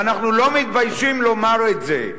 ואנחנו לא מתביישים לומר את זה.